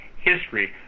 history